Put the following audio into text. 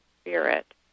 spirit